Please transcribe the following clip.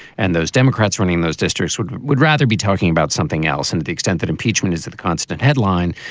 and those democrats running those districts would would rather be talking about something else. and to the extent that impeachment is the constant headline,